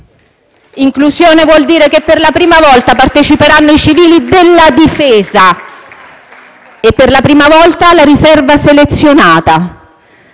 Inclusione vuol dire che, per la prima volta, parteciperanno i civili della Difesa e per la prima volta la riserva selezionata.